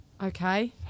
Okay